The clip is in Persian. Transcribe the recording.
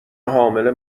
حامله